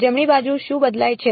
જમણી બાજુ શું બદલાય છે